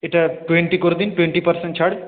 এটা টোয়েন্টি করে দিন টোয়েন্টি পারসেন্ট ছাড়